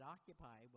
Occupy